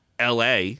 LA